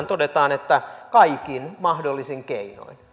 todetaan että kaikin mahdollisin keinoin